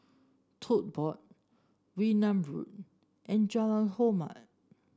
Tote Board Wee Nam Road and Jalan Hormat